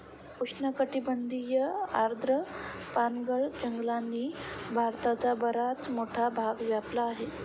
उष्णकटिबंधीय आर्द्र पानगळ जंगलांनी भारताचा बराच मोठा भाग व्यापला आहे